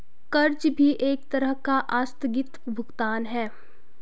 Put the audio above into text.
कर्ज भी एक तरह का आस्थगित भुगतान है